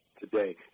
today